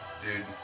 Dude